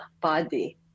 body